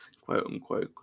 quote-unquote